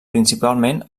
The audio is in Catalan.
principalment